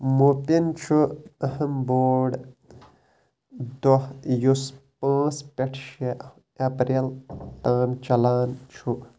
موبدِن چھُ اہم بوٚڈ دۄہ یُس پٲنٛژ پٮ۪ٹھ شےٚ اپریل تام چلان چھُ